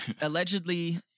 allegedly